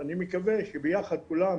אני מקווה שביחד כולם,